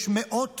יש מאות